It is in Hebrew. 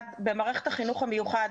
במערכת החינוך המיוחד